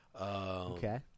Okay